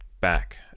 back